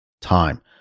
time